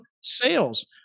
sales